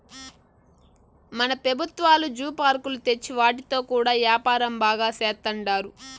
మన పెబుత్వాలు జూ పార్కులు తెచ్చి వాటితో కూడా యాపారం బాగా సేత్తండారు